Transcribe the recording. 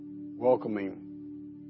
welcoming